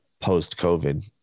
post-COVID